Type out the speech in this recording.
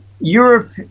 Europe